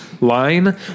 line